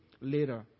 later